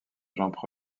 jean